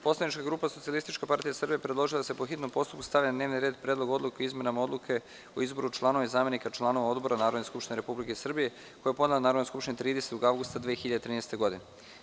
Poslanička grupa Socijalističke partije Srbije predložila je da se po hitnom postupku stavi na dnevni red Predlog odluke o izmenama Odluke o izboru članova i zamenika članova odbora Narodne skupštine Republike Srbije, koji je podnela Narodnoj skupštini 30. avgusta 2013. godine.